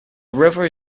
river